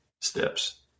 steps